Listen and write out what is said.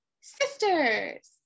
Sisters